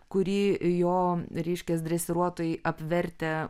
kurį jo ryškias dresiruotojai apvertę